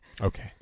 Okay